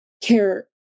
care